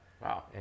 Wow